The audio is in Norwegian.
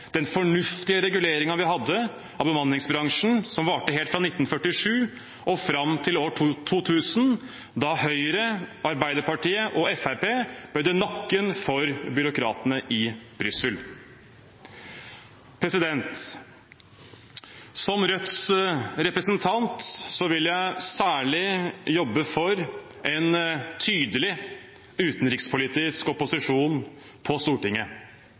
den fornuftige reguleringen vi hadde av bemanningsbransjen som varte helt fra 1947 og fram til år 2000, da Høyre, Arbeiderpartiet og Fremskrittspartiet bøyde nakken for byråkratene i Brussel. Som Rødts representant vil jeg særlig jobbe for en tydelig utenrikspolitisk opposisjon på Stortinget.